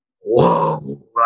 whoa